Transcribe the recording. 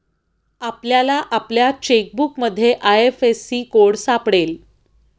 आपल्याला आपल्या चेकबुकमध्ये आय.एफ.एस.सी कोड सापडेल